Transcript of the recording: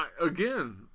Again